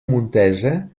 montesa